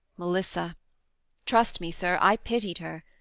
melissa trust me, sir, i pitied her.